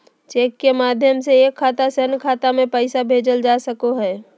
cheque के माध्यम से एक खाता से अन्य खाता में पैसा भेजल जा सको हय